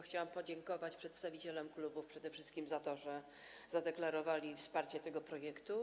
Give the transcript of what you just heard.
Chciałam podziękować przedstawicielom klubów przede wszystkim za to, że zadeklarowali wsparcie tego projektu.